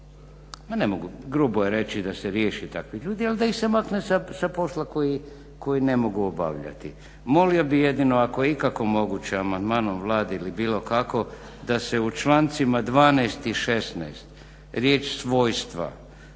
ne mogu grubo je reći da se riješi takvih ljudi ali da ih se makne sa posla koji ne mogu obavljati. Molio bih jedino ako je ikako moguće amandmanom Vlade ili bilo kako da se u člancima 12.i 16.riječ svojstva